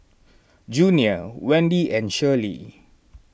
Junior Wende and Shirlie